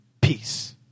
peace